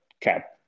cap